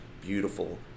beautiful